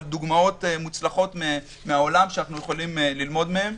דוגמאות מוצלחות מן העולם שאנחנו יכולים ללמוד מהן.